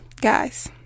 guys